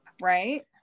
right